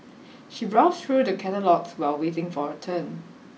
she browsed through the catalogues while waiting for her turn